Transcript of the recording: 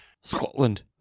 Scotland